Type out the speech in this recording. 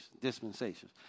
dispensations